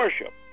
worship